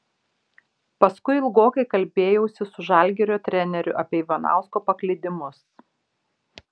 paskui ilgokai kalbėjausi su žalgirio treneriu apie ivanausko paklydimus